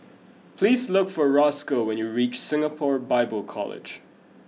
please look for Roscoe when you reach Singapore Bible College